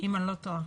אם אני לא טועה.